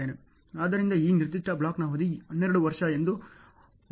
ಆದ್ದರಿಂದ ಈ ನಿರ್ದಿಷ್ಟ ಬ್ಲಾಕ್ನ ಅವಧಿ 12 ವರ್ಷ ಎಂದು ಹೊರಬರುತ್ತಿದೆ